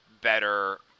better